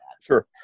Sure